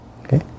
okay